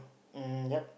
um yup